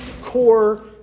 core